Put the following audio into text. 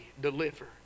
deliver